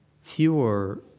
fewer